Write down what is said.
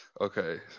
okay